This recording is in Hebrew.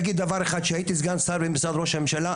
כשהייתי סגן שר במשרד ראש הממשלה,